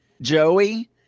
Joey